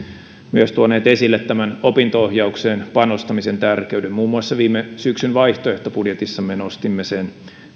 tuoneet esille opinto ohjaukseen panostamisen tärkeyden muun muassa viime syksyn vaihtoehtobudjetissamme nostimme sen